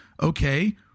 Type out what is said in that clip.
okay